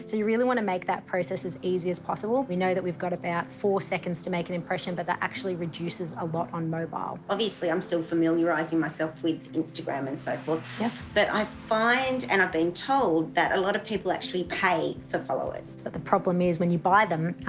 you really want to make that process as easy as possible. we know that we've got about four seconds to make an impression, but, that actually reduces a lot on mobile. obviously i'm still familiarizing myself with instagram and so forth, but i find, and i've been told, that a lot of people actually pay for followers. but the problem is, when you buy them,